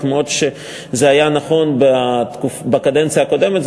וכמו שזה היה נכון בקדנציה הקודמת,